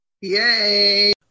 Yay